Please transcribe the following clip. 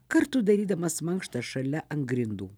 kartu darydamas mankštą šalia ant grindų